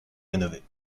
rénovés